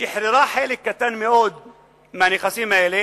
היא שחררה חלק קטן מאוד מהנכסים האלה